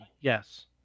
yes